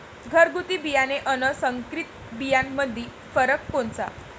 घरगुती बियाणे अन संकरीत बियाणामंदी फरक कोनचा?